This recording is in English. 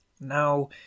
Now